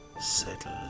settle